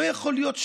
ולא יכול להיות,